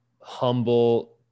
humble